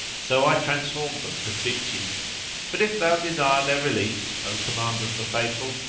so i transformed them to bitches but if thou desire their release, o commander of the faithful,